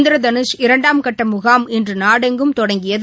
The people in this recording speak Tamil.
இந்திரதனுஷ் இரண்டாம் கட்டமுகாம் இன்றுநாடெங்கும் தொடங்கியது